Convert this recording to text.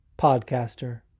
podcaster